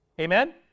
Amen